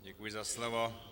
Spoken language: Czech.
Děkuji za slovo.